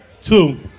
Two